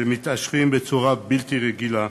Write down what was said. שמתעשרים בצורה בלתי רגילה,